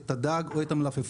את הדג או את המלפפון,